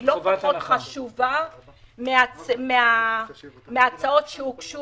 היא לא פחות חשובה מן ההצעות שהוגשו